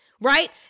right